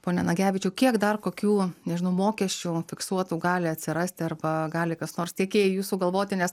pone nagevičiau kiek dar kokių nežinau mokesčių fiksuotų gali atsirasti arba gali kas nors tiekėjų sugalvoti nes